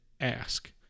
ask